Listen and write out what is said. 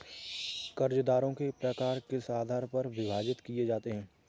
कर्जदारों के प्रकार किस आधार पर विभाजित किए जाते हैं?